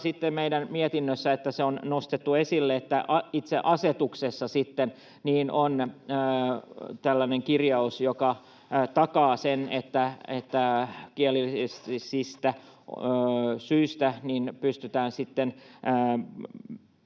meidän mietinnössä, että on nostettu esille ja itse asetuksessa on tällainen kirjaus, joka takaa sen, että kielellisistä syistä pystytään tekemään